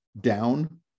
down